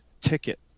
ticket